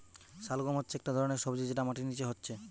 শালগাম হচ্ছে একটা ধরণের সবজি যেটা মাটির নিচে হচ্ছে